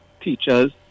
teachers